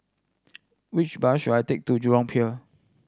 which bus should I take to Jurong Pier